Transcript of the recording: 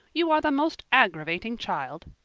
you are the most aggravating child!